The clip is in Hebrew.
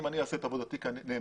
אם אני אעשה את עבודתי נאמנה,